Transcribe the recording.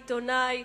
עיתונאי.